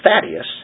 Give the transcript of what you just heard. Thaddeus